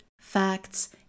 facts